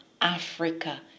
Africa